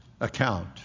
account